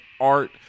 art